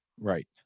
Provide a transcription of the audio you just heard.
Right